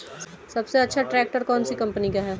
सबसे अच्छा ट्रैक्टर कौन सी कम्पनी का है?